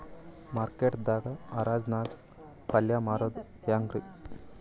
Market ದಾಗ್ ಹರಾಜ್ ನಾಗ್ ಪಲ್ಯ ಮಾರುದು ಹ್ಯಾಂಗ್ ರಿ?